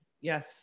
Yes